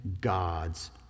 God's